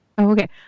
Okay